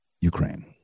Ukraine